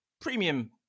premium